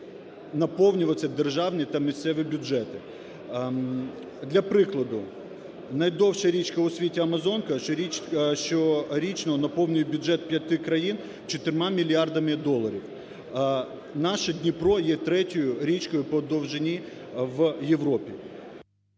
наповнюватися державні та місцеві бюджети. Для прикладу, найдовша річка у світі Амазонка щорічно наповнює бюджет 5 країн 4 мільярдами доларів. Наш Дніпро є третьою річкою по довжині в Європі…